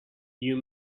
you